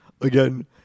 again